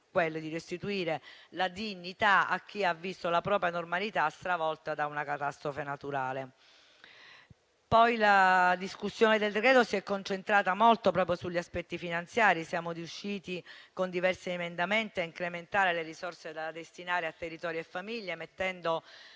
sono la restituzione della dignità a chi ha visto la propria normalità stravolta da una catastrofe naturale. La discussione del decreto-legge si è concentrata molto sugli aspetti finanziari. Siamo riusciti, con diversi emendamenti, a incrementare le risorse da destinare a territori e famiglie, mettendo